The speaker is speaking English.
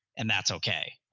and that's okay,